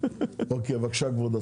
אבל הוא חבר שלי.